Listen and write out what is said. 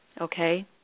okay